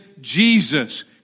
Jesus